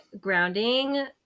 grounding